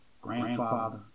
grandfather